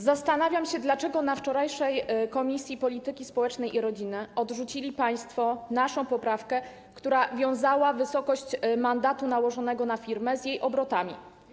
Zastanawiam się, dlaczego na wczorajszym posiedzeniu Komisji Polityki Społecznej i Rodziny odrzucili państwo naszą poprawkę, która wiązała wysokość mandatu nałożonego na firmę z jej obrotami.